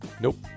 Nope